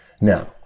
now